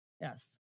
Yes